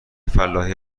فلاحی